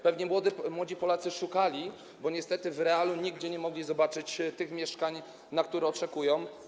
Pewnie młodzi Polacy szukali, bo niestety w realu nigdzie nie mogli zobaczyć tych mieszkań, na które oczekują.